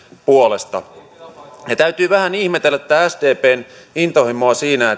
puolesta täytyy vähän ihmetellä tätä sdpn intohimoa siinä